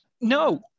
no